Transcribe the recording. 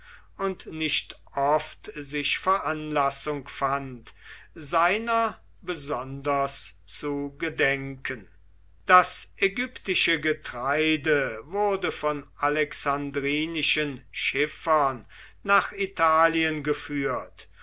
und nicht oft sich veranlassung fand seiner besonders zu gedenken das ägyptische getreide wurde von alexandrinischen schiffern nach italien geführt